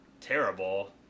terrible